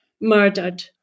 murdered